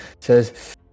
says